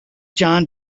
jon